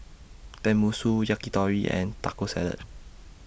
Tenmusu Yakitori and Taco Salad